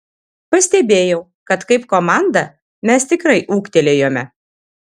pastebėjau kad kaip komanda mes tikrai ūgtelėjome